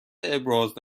ابراز